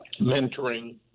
mentoring